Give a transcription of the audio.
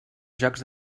jocs